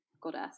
goddess